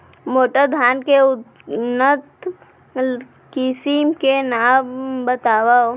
मोटा धान के उन्नत किसिम के नाम बतावव?